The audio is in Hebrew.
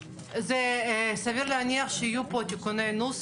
רעות, איזה סעיפים להקריא?